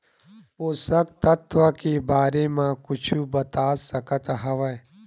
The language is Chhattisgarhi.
पोषक तत्व के बारे मा कुछु बता सकत हवय?